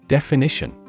Definition